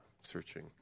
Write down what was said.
searching